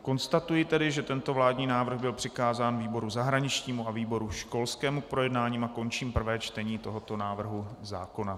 Konstatuji tedy, že tento vládní návrh byl přikázán výboru zahraničnímu a výboru školskému k projednání, a končím prvé čtení tohoto návrhu zákona.